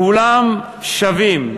כולם שווים.